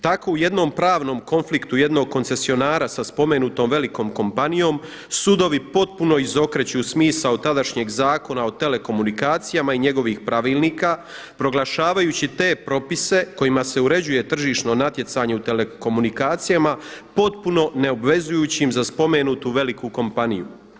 Tako u jednom pravnom konfliktu jednog koncesionara sa spomenutom velikom kompanijom sudovi potpuno izokreću smisao tadašnjeg zakona o telekomunikacijama i njegovih pravilnika proglašavajući te propise kojima se uređuje tržišno natjecanje u telekomunikacijama potpuno neobvezujućim za spomenutu veliku kompaniju.